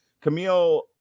Camille